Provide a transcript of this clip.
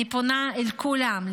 אני פונה אל כולם,